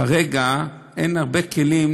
כרגע אין הרבה כלים,